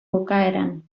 bukaeran